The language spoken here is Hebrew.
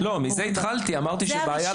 השכר.